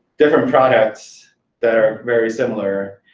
different products that are very similar.